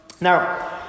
Now